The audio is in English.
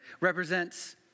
represents